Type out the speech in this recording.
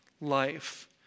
life